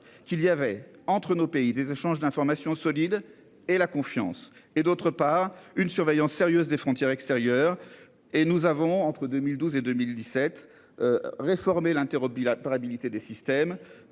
qu'il y avait entre nos pays des échanges d'informations solides et la confiance et d'autre part une surveillance sérieuse des frontières extérieures et nous avons entre 2012 et 2017. Réformer l'interro bilatéral habilité des systèmes